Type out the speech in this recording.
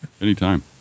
Anytime